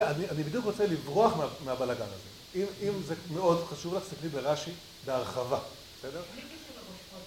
אני בדיוק רוצה לברוח מהבלאגן הזה, אם זה מאוד חשוב לך, תסתכלי ברש"י בהרחבה, בסדר?